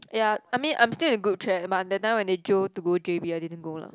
ya I mean I'm still in good track but that time when they jio to go gym ya I didn't go lah